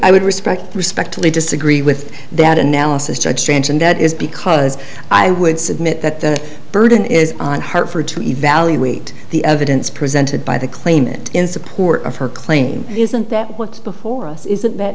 i would respect respectively disagree with that analysis to extremes and that is because i would submit that the burden is on her for to evaluate the evidence presented by the claimant in support of her claim isn't that what before us isn't that